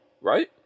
right